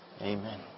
Amen